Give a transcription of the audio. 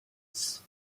ins